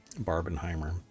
Barbenheimer